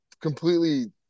completely